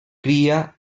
cria